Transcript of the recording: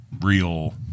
real